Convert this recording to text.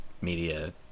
media